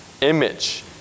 image